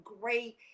great